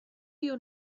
your